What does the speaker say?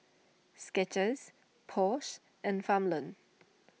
Skechers Porsche and Farmland